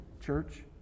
church